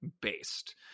based